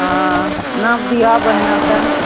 हँ नाप दिहऽ बढ़िआँसँ